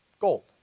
Gold